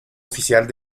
oficial